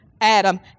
Adam